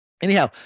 anyhow